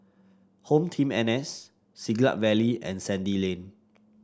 HomeTeam N S Siglap Valley and Sandy Lane